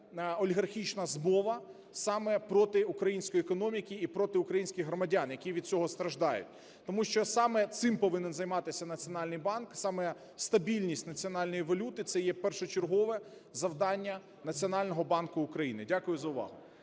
олігархічна змова саме проти української економіки і проти українських громадян, які від цього страждають? Тому що саме цим повинен займатися Національний банк, саме стабільність національної валюти – це є першочергове завдання Національного банку України. Дякую за увагу.